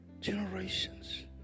generations